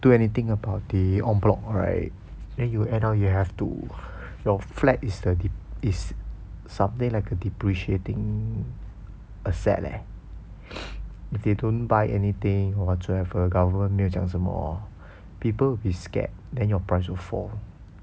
do anything about it en bloc right then you will end up you have to your flat is the dep~ is something like a depreciating asset leh if they don't buy anything or whatsoever government 没有讲什么 hor then people will be scared then your price will fall